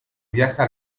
viaja